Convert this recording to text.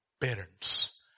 parents